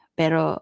pero